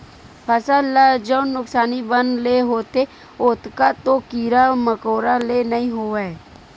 फसल ल जउन नुकसानी बन ले होथे ओतका तो कीरा मकोरा ले नइ होवय